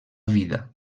vida